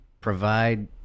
provide